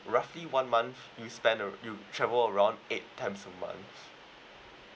roughly one month you spend a~ you travel around eight times a month